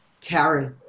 carry